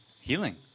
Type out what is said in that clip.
healing